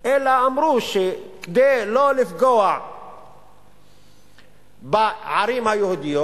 אלא אמרו שכדי שלא לפגוע בערים היהודיות,